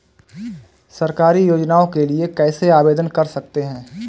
सरकारी योजनाओं के लिए कैसे आवेदन कर सकते हैं?